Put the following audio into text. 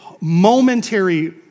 momentary